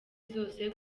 zose